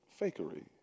fakery